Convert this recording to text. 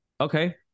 okay